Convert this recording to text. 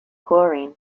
chlorine